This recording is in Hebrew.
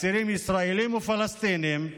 אסירים ישראלים ופלסטינים.